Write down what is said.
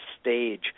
stage